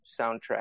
soundtrack